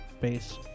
base